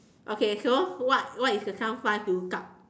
okay so what what is your some fun to look up